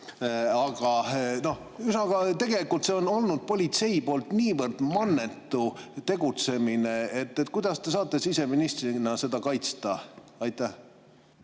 tegelikult on see kõik olnud politsei niivõrd mannetu tegutsemine. Kuidas te saate siseministrina seda kaitsta? Aitäh!